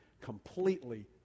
completely